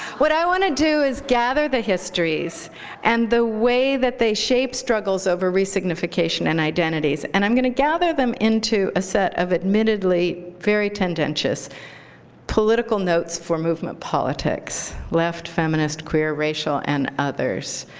what i want to do is gather the histories and the way that they shape struggles over resignification and identities. and i'm going to gather them into a set of admittedly very tendentious political notes for movement politics, left, feminist, queer, racial, and others,